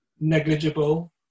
negligible